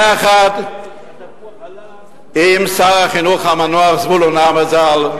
יחד עם שר החינוך המנוח זבולון המר ז"ל,